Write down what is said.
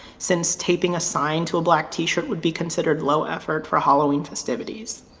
since taping a sign to a black t-shirt would be considered low effort for halloween festivities.